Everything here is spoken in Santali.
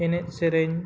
ᱮᱱᱮᱡ ᱥᱮᱨᱮᱧ